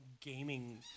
gaming